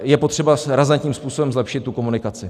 Je potřeba razantním způsobem zlepšit tu komunikaci.